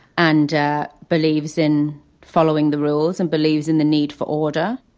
and believes in following the rules and believes in the need for order.